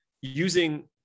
using